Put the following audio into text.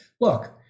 look